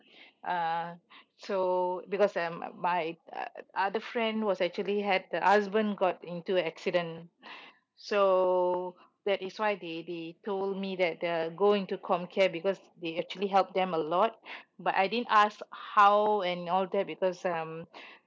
uh so because um my uh other friend was actually had the husband got into a accident so that is why they they told me that the going to comcare because they actually help them a lot but I didn't ask how and all that because um